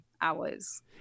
hours